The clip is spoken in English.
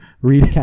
Read